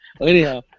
Anyhow